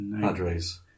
Padres